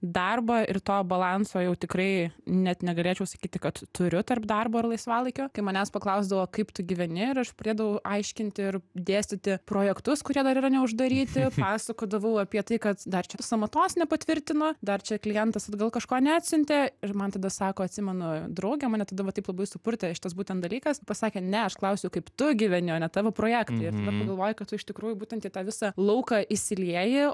darbą ir to balanso jau tikrai net negalėčiau sakyti kad turiu tarp darbo ir laisvalaikio kai manęs paklausdavo kaip tu gyveni ir aš pradėdavau aiškinti ir dėstyti projektus kurie dar yra neuždaryti pasakodavau apie tai kad dar čia sąmatos nepatvirtino dar čia klientas atgal kažko neatsiuntė ir man tada sako atsimenu draugė mane tada va taip labai supurtė šitas būtent dalykas pasakė ne aš klausiu kaip tu gyveni o ne tavo projektai ir tada pagalvoji kad tu iš tikrųjų būtent į tą visą lauką įsilieji